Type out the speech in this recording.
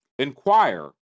inquire